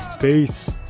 Peace